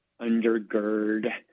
undergird